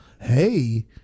Hey